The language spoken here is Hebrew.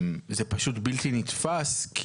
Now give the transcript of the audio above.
זה פשוט בלתי נתפס.